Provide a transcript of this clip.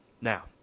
now